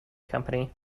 company